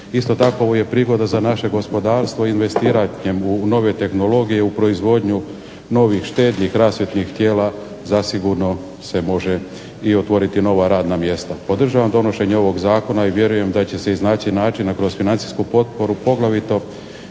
Isto tako ovo je prigoda za naše gospodarstvo investiranjem u nove tehnologije, u proizvodnju novih štednih rasvjetnih tijela zasigurno se može i otvoriti nova radna mjesta. Podržavam donošenje ovog zakona i vjerujem da će se iznaći načina kroz financijsku potporu, poglavito